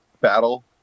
battle